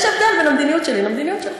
יש הבדל בין המדיניות שלי למדיניות שלך.